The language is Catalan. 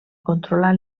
controlar